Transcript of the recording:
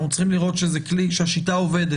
אנחנו צריכים לראות שהשיטה עובדת.